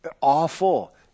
Awful